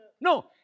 No